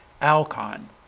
Alcon